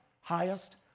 highest